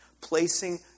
Placing